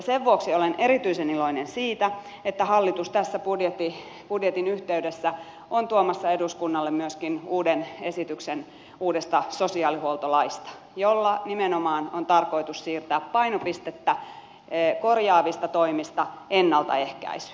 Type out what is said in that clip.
sen vuoksi olen erityisen iloinen siitä että hallitus tässä budjetin yhteydessä on tuomassa eduskunnalle myöskin esityksen uudesta sosiaalihuoltolaista jolla nimenomaan on tarkoitus siirtää painopistettä korjaavista toimista ennaltaehkäisyyn